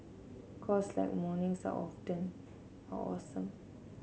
cause like mornings are often are awesome